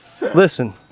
Listen